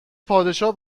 پادشاه